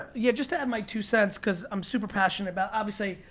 yeah just to add my two cents cause i'm super passionate about obviously,